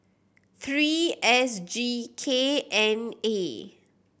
three S G K N A